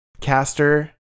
caster